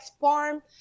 farm